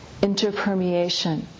interpermeation